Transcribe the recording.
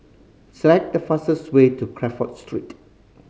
select the fastest way to Crawford Street